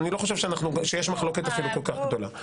אני לא חושב שיש מחלוקת אפילו כל כך גדולה.